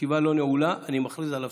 הישיבה לא נעולה, אני מכריז על הפסקה.